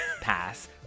pass